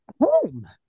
home